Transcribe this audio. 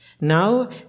Now